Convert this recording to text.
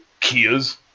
kias